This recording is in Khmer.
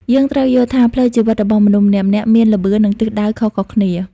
យើងត្រូវយល់ថា ផ្លូវជីវិតរបស់មនុស្សម្នាក់ៗមាន "ល្បឿន" និង "ទិសដៅ" ខុសៗគ្នា។